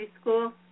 school